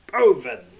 over